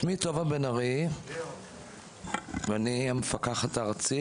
שמי טובה בן ארי ואני הפקחת הארצית